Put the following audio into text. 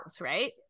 right